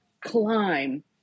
climb